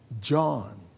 John